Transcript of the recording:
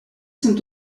sont